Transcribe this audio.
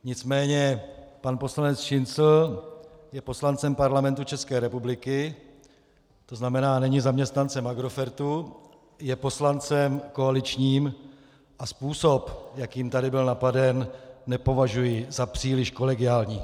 Nicméně pan poslanec Šincl je poslancem Parlamentu České republiky, to znamená, není zaměstnancem Agrofertu, je poslancem koaličním a způsob, jakým tady byl napaden, nepovažuji za příliš kolegiální.